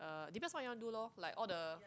depends what you want do loh like all the